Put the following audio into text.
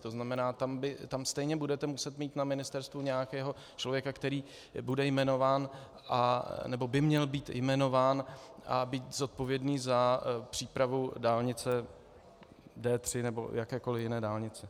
To znamená, tam stejně budete muset mít na ministerstvu nějakého člověka, který bude jmenován nebo by měl být jmenován a být zodpovědný za přípravu dálnice D3 nebo jakékoliv jiné dálnice.